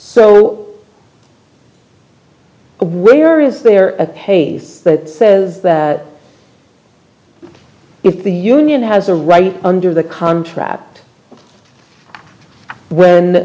so where is there a pace that says that if the union has a right under the contract when